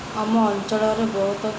ଆମ ଅଞ୍ଚଳରେ ବହୁତ